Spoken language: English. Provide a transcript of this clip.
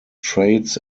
traits